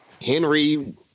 Henry